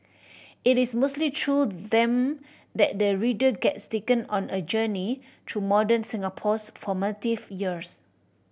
it is mostly through them that the reader gets taken on a journey through modern Singapore's formative years